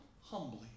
humbly